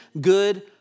good